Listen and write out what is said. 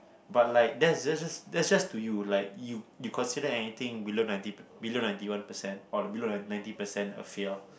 but like that's jus~ that's just to you like you you consider anything below ninety below ninety one percent or below ninety percent a fail